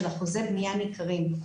של אחוזי בנייה ניכרים.